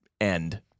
end